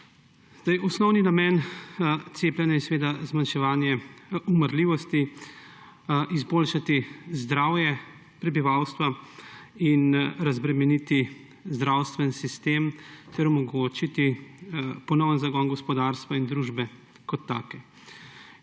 Osnovni namen cepljenja je zmanjševanje umrljivosti, izboljšati zdravje prebivalstva in razbremeniti zdravstveni sistem ter omogočiti ponoven zagon gospodarstva in družbe kot take.